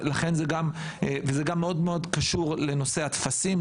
זה גם מאוד מאוד קשור לנושא הטפסים,